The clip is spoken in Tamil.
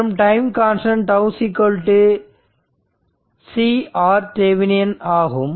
மற்றும் டைம் கான்ஸ்டன்ட் τ CRThevenin ஆகும்